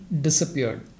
disappeared